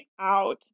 out